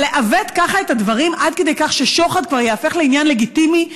אבל לעוות ככה את הדברים עד כדי כך ששוחד כבר ייהפך לעניין לגיטימי,